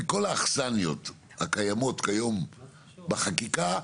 מכל האכסניות הקיימות כיום בחקיקה,